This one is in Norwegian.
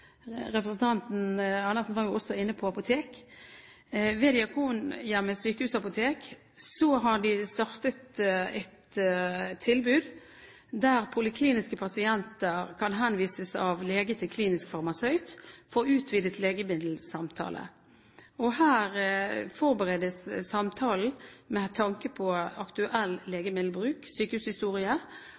representanten Andersen var jo også inne på apotek – har startet et tilbud der polikliniske pasienter kan henvises av lege til en klinisk farmasøyt for en utvidet legemiddelsamtale. Her forberedes samtalen med tanke på aktuell legemiddelbruk,